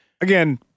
Again